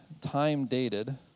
time-dated